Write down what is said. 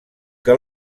que